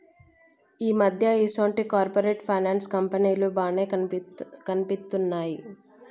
ఈ మధ్య ఈసొంటి కార్పొరేట్ ఫైనాన్స్ కంపెనీలు బానే కనిపిత్తున్నయ్